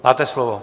Máte slovo.